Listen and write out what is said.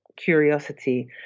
curiosity